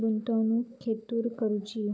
गुंतवणुक खेतुर करूची?